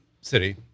City